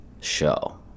show